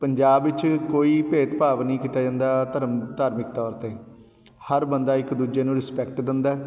ਪੰਜਾਬ ਵਿੱਚ ਕੋਈ ਭੇਦ ਭਾਵ ਨਹੀਂ ਕੀਤਾ ਜਾਂਦਾ ਧਰਮ ਧਾਰਮਿਕ ਤੌਰ 'ਤੇ ਹਰ ਬੰਦਾ ਇੱਕ ਦੂਜੇ ਨੂੰ ਰਿਸਪੈਕਟ ਦਿੰਦਾ